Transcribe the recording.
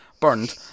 burned